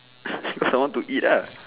got some more to eat lah